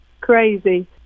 crazy